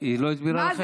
היא לא הסבירה לכם?